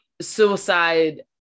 Suicide